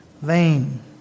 vain